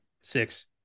Six